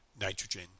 nitrogen